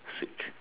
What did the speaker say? sick